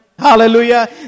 Hallelujah